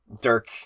Dirk